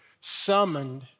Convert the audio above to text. summoned